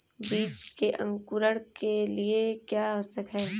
बीज के अंकुरण के लिए क्या आवश्यक है?